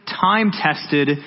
time-tested